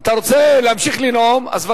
חבר הכנסת כץ.